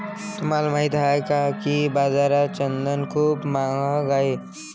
तुम्हाला माहित आहे का की बाजारात चंदन खूप महाग आहे?